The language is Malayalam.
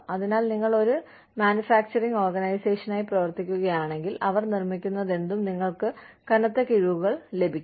അതിനാൽ നിങ്ങൾ ഒരു മാനുഫാക്ചറിംഗ് ഓർഗനൈസേഷനായി പ്രവർത്തിക്കുകയാണെങ്കിൽ അവർ നിർമ്മിക്കുന്നതെന്തും നിങ്ങൾക്ക് കനത്ത കിഴിവുകൾ നൽകും